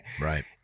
right